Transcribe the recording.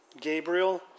Gabriel